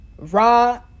raw